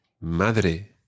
Madre